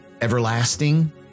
everlasting